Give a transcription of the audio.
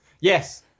Yes